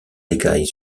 écailles